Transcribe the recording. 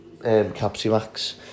Capsimax